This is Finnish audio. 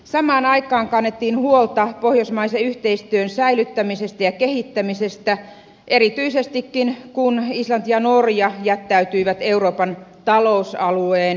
samaan aikaan kannettiin huolta pohjoismaisen yhteistyön säilyttämisestä ja kehittämisestä erityisesti kun islanti ja norja jättäytyivät euroopan talousalueen löyhempään yhteistyöhön